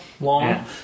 long